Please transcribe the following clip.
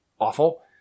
awful